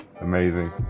amazing